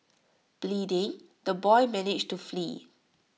bleeding the boy managed to flee